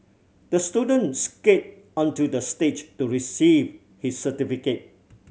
the student skate onto the stage to receive his certificate